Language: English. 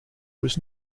was